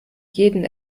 jeden